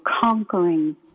conquering